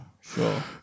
Sure